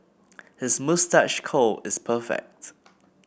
his moustache curl is perfect